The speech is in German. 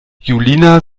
julina